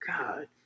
God